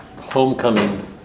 Homecoming